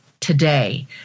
today